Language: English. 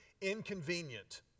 inconvenient